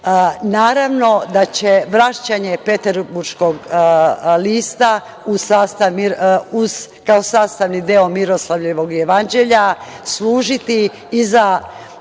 UNESKO.Naravno da će vraćanje „Peterburškog lista“, kao sastavni deo „Miroslavljevog jevanđelja“, služiti i za